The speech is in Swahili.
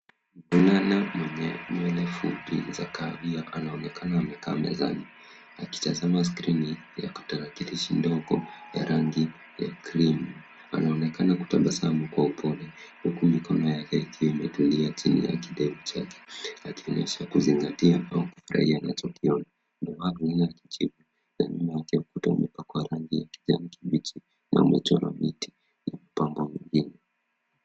Mvulana mwenye nywele fupi za kahawia anaonekana amekaa mezani akitazama skrini ya tarakilishi ndogo ya rangi ya krimu. Anaonekana akitabasamu kwa upole huku mikono yake ikiwa imetulia chini ya kidevu chake akionyesha kuzingatia au kufurahia anachokiona. Nyuma yake ukuta umepakwa rangi ya kijani kibichi na umechorwa miti na mapambo mengine.